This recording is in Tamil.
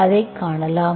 அதை காணலாம்